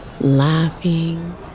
laughing